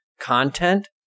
content